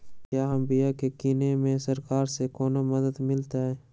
क्या हम बिया की किने में सरकार से कोनो मदद मिलतई?